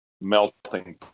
melting